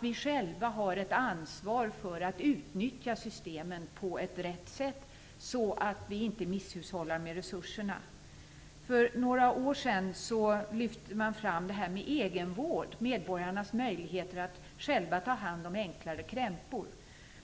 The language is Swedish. Vi har själva ett ansvar för att utnyttja systemen på rätt sätt, så att vi inte misshushållar med resurserna. För några år sedan lyfte man fram egenvård, medborgarnas möjligheter att själva ta hand om enklare krämpor.